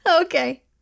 Okay